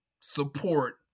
support